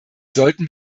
sollten